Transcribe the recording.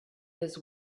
his